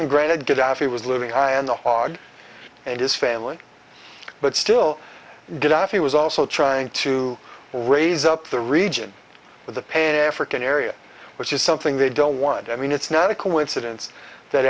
and granted gadhafi was living high on the hog and his family but still gadhafi was also trying to raise up the region with the pan african area which is something they don't want i mean it's not a coincidence that